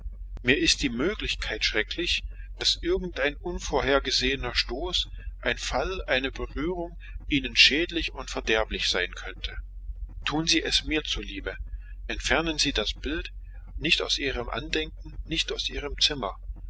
mir ist die möglichkeit schrecklich daß irgendein unvorgesehener stoß ein fall eine berührung ihnen schädlich und verderblich sein könnte tun sie es mir zuliebe entfernen sie das bild nicht aus ihrem andenken nicht aus ihrem zimmer